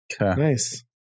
Nice